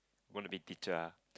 wanna be teacher ah